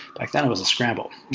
like that was a scramble.